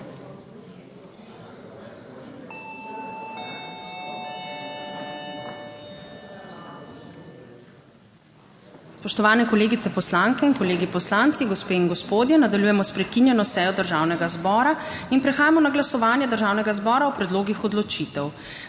Spoštovane kolegice poslanke in kolegi poslanci, gospe in gospodje! Nadaljujemo prekinjeno sejo Državnega zbora in prehajamo na glasovanje Državnega zbora o predlogih odločitev.